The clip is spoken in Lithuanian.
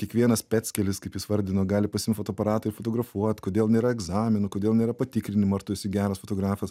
kiekvienas peckelis kaip jis vardino gali pasiimt fotoaparatą ir fotografuot kodėl nėra egzaminų kodėl nėra patikrinimo ar tu esi geras fotografas